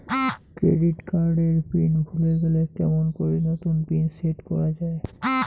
Credit card এর pin ভুলে গেলে কেমন করি নতুন পিন সেট করা য়ায়?